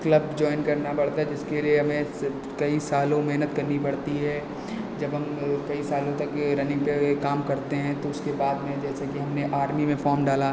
club join करना पड़ता है जिसके लिए हमें कई सालों मेहनत करनी पड़ती है जब हम कई सालों रनिंग पर काम करते हैं तो उसके बाद में जैसे कि हमने आर्मी में हमने फॉर्म डाला